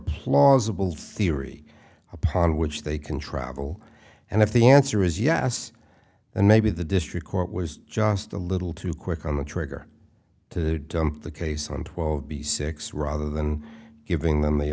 plausible theory upon which they can travel and if the answer is yes and maybe the district court was just a little too quick on the trigger to dump the case on twelve b six rather than giving them the